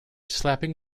slapping